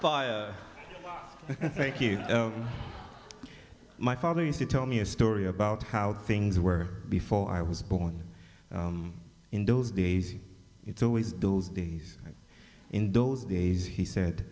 it thank you my father used to tell me a story about how things were before i was born in those days it's always those days in those days he said